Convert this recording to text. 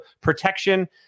protection